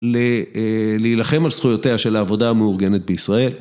להילחם על זכויותיה של העבודה המאורגנת בישראל.